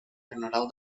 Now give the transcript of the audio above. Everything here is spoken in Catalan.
general